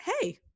Hey